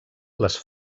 les